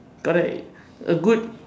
correct a good